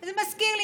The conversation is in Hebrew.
זה מזכיר לי,